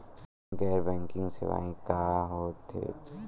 गैर बैंकिंग सेवाएं का होथे?